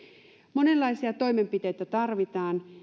monenlaisia toimenpiteitä tarvitaan